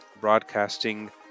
broadcasting